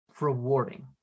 rewarding